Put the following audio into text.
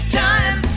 time